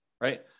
right